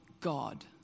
God